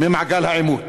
ממעגל העימות.